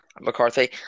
McCarthy